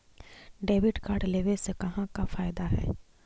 Debit card लेवे से का का फायदा है?